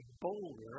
boulder